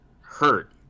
hurt